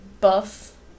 buff